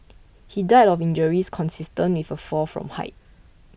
he died of injuries consistent with a fall from height